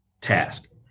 task